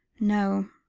no,